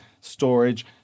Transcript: storage